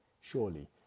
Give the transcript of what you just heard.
Surely